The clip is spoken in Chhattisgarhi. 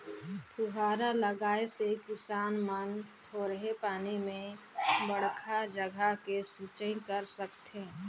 फुहारा लगाए से किसान मन थोरहें पानी में बड़खा जघा के सिंचई कर सकथें